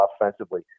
offensively